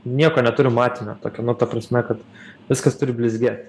nieko neturiu matinio tokio nu ta prasme kad viskas turi blizgėt